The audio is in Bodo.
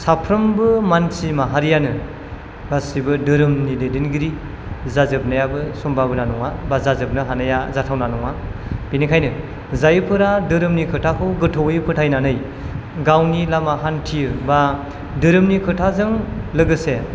साफ्रामबो मानसि माहारियानो गासिबो दोरोमनि दैदेनगिरि जाजोबनायाबो समभाबना नङा बा जोजोबनो हानाया जाथावना नङा बिनिखायनो जायफोरा धोरोमनि खोथाखौ गोथौवै फोथायनानै गावनि लामा हान्थियो बा धोरोमनि खोथाजों लोगोसे